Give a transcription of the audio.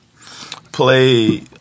play